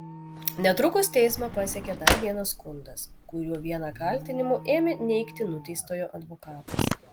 netrukus teismą pasiekė dar vienas skundas kuriuo vieną kaltinimų ėmė neigti nuteistojo advokatas